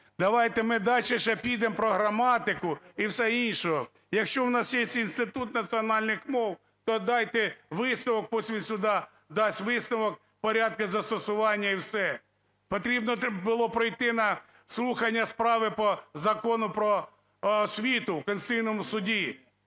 Давайте ми далі ще підемо про граматику і все інше. Якщо у нас є Інститут національних мов, то дайте висновок, после суда, дасть висновок в порядку застосування і все. Потрібно було прийти на слухання справи по Закону "Про освіту" в Конституційному Суді,